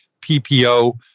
PPO